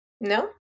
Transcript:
No